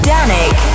Danik